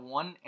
one